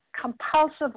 compulsive